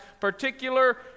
particular